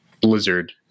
Blizzard